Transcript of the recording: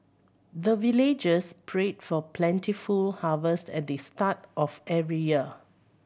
the villagers pray for plentiful harvest at the start of every year